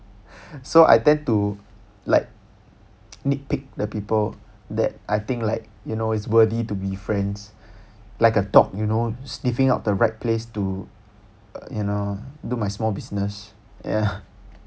so I tend to like nitpick the people that I think like you know is worthy to be friends like a dog you know sniffing out the right place to uh you know do my small business ya